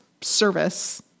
service